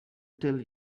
tell